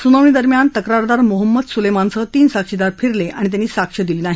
सुनावणी दरम्यान तक्रारदार मोहम्मद सुलेमानसह तीन साक्षीदार फिरले आणि त्यांनी साक्ष दिली नाही